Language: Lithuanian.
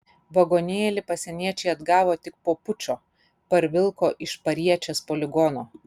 vagonėlį pasieniečiai atgavo tik po pučo parvilko iš pariečės poligono